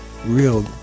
real